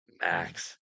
max